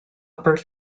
upper